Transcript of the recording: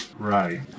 Right